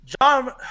John